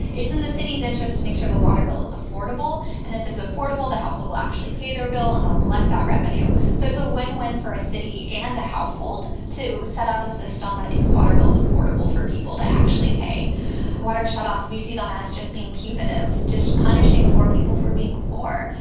it's in the city's interest to make sure the water bill is affordable. and if it's affordable, the household will actually pay their bill and they'll collect revenue. so it's a win win for a city and the household to set up a system that makes water bills affordable for people to actually pay water shutoffs. we see them as just being punitive, just punishing poor people for being poor.